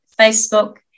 Facebook